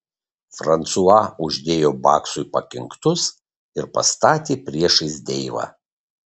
fransua uždėjo baksui pakinktus ir pastatė priešais deivą